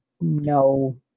no